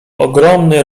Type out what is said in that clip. ogromny